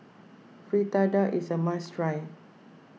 Fritada is a must try